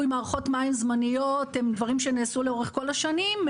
מערכות מים זמניות הם דברים שנעשו לאורך כל השנים.